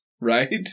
Right